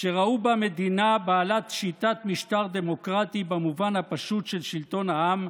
שראו בה מדינה בעלת שיטת משטר דמוקרטי במובן הפשוט של שלטון העם,